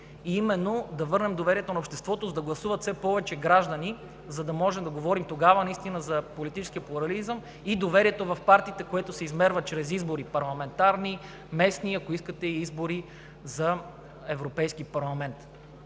Именно да върнем доверието на обществото, за да гласуват все повече граждани, за да може наистина да говорим тогава за политически плурализъм и доверие в партиите, което се измерва чрез избори – парламентарни, местни, ако искате и избори за Европейски парламент.